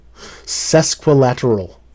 sesquilateral